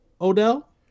Odell